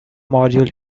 module